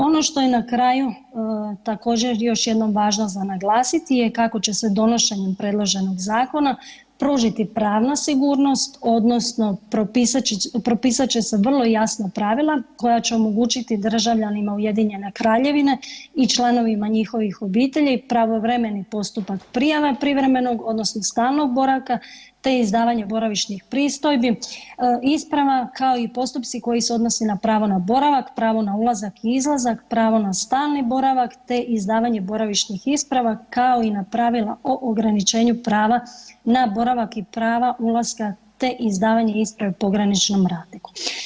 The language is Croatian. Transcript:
Ono što je na kraju također još jednom važno za naglasit je kako će se donošenjem predloženog zakona pružiti pravna sigurnost odnosno propisat će se vrlo jasna pravila koja će omogućiti državljanima Ujedinjene Kraljevine i članovima njihovih obitelji pravovremeni postupak prijave privremenog odnosno stalnog boravka, te izdavanje boravišnih pristojbi, isprava, kao i postupci koji se odnose na pravo na boravak, pravo na ulazak i izlazak, pravo na stalni boravak, te izdavanje boravišnih isprava, kao i na pravila o ograničenju prava na boravak i prava ulaska, te izdavanje isprave pograničnom radniku.